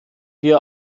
wir